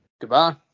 Goodbye